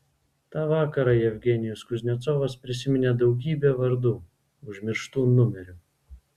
tą vakarą jevgenijus kuznecovas prisiminė daugybė vardų užmirštų numerių